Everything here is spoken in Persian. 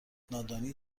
نادانی